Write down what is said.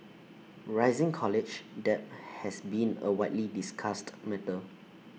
rising college debt has been A widely discussed matter